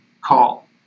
call